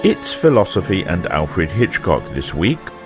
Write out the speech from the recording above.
it's philosophy and alfred hitchcock this week.